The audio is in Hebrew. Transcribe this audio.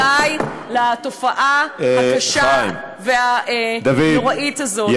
די לתופעה הקשה והנוראית הזאת.